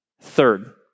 Third